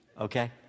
okay